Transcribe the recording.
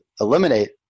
eliminate